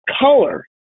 color